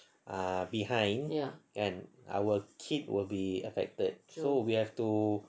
ah behind kan then our kid will be affected so we have to